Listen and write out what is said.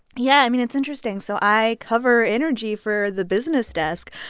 yeah. i mean, it's interesting. so i cover energy for the business desk,